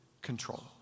control